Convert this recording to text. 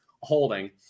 holding